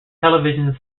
televisions